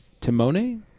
Timone